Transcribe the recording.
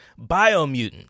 Biomutant